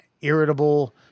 irritable